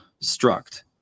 struct